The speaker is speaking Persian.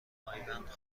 پایبند